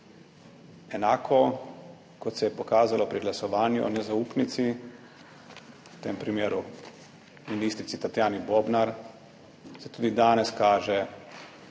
Enako kot se je pokazalo pri glasovanju o nezaupnici, v tem primeru ministrici Tatjani Bobnar, se tudi danes kaže,